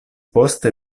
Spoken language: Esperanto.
poste